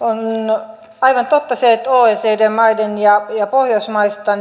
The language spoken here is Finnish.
on aivan totta se että oecd maista ja pohjoismaista